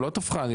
לא טפחה,